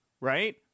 right